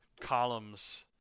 columns